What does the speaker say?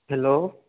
hello